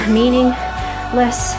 meaningless